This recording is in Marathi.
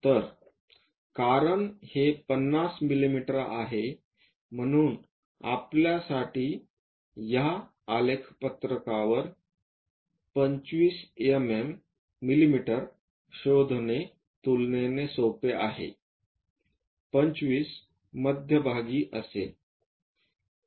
तर कारण हे 50 मिमी आहे म्हणून आपल्यासाठी या आलेख पत्रकावर 25 मिमी शोधणे तुलनेने सोपे आहे 25 मध्यभागी असेल